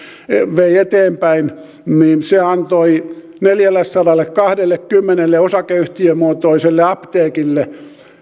vei eteenpäin antoi neljällesadallekahdellekymmenelle osakeyhtiömuotoiselle apteekille